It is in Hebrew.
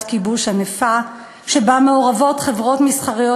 כיבוש ענפה שבה מעורבות חברות מסחריות,